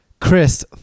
Chris